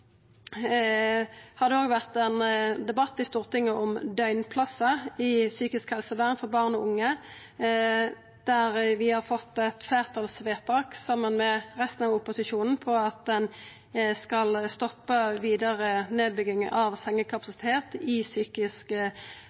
Det har òg vore ein debatt i Stortinget om døgnplassar i psykisk helsevern for barn og unge, der vi saman med resten av opposisjonen har fått eit fleirtalsvedtak om at ein skal stoppa vidare nedbygging av sengekapasitet i psykisk